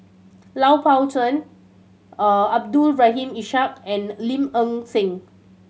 Lui Pao Chuen Abdul Rahim Ishak and Lim Nang Seng